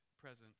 presence